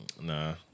Nah